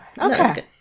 okay